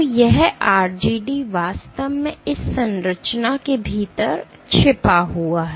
तो यह RGD वास्तव में इस संरचना के भीतर छिपा हुआ है